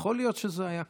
יכול להיות שזה היה קורה.